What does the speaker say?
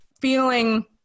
feeling